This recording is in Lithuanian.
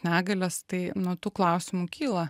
negalias tai na tų klausimų kyla